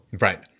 Right